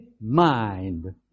mind